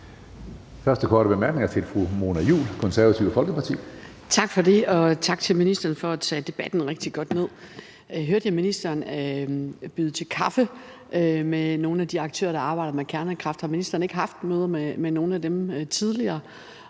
første korte bemærkning er til fru Mona Juul, Det Konservative Folkeparti. Kl. 12:32 Mona Juul (KF): Tak for det, og tak til ministeren for at tage debatten rigtig godt ned. Hørte jeg ministeren byde nogle af de aktører, der arbejder med kernekraft, på kaffe? Har ministeren ikke haft møder med nogle af dem tidligere?